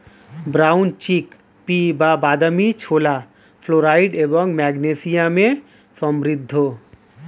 brown chickpea বা বাদামী ছোলা ফ্লোরাইড এবং ম্যাগনেসিয়ামে সমৃদ্ধ